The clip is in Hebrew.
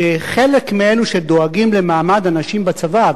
שחלק מאלו שדואגים למעמד הנשים בצבא,